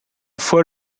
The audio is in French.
fois